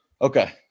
Okay